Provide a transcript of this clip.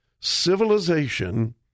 civilization